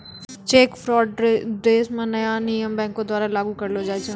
cheque fraud देश म नया नियम बैंक द्वारा लागू करलो जाय छै